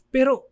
Pero